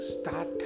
start